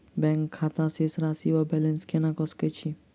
Bank खाता शेष राशि वा बैलेंस केना कऽ सकय छी?